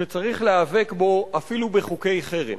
שצריך להיאבק בו אפילו בחוקי חרם,